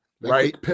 Right